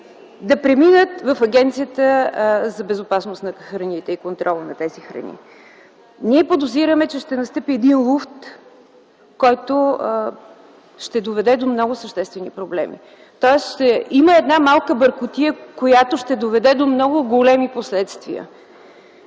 да преминат в Агенцията по безопасност на храните и контрола на тези храни. Ние подозираме, че ще настъпи луфт, който ще доведе до много съществени проблеми. Тоест ще има малка бъркотия, която ще доведе до много големи последствия.